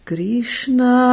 Krishna